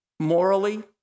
Morally